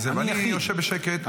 ואני יושב בשקט.